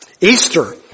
Easter